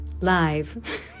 live